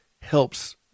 helps